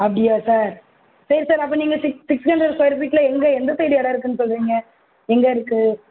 அப்படியா சார் சரி சார் அப்போ நீங்கள் சிக்ஸ் சிக்ஸ் ஹண்ட்ரட் ஸ்கொயர் ஃபீட்லே எங்கே எந்த சைடு இடம் இருக்குதுன்னு சொல்கிறீங்க எங்கே இருக்குது